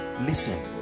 listen